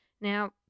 Now